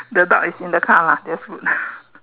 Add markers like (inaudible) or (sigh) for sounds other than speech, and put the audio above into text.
the dog is in the car lah just put (laughs)